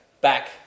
back